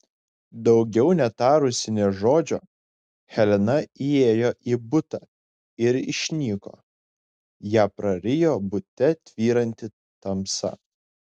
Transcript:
daugiau netarusi nė žodžio helena įėjo į butą ir išnyko ją prarijo bute tvyranti tamsa